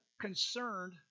concerned